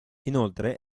inoltre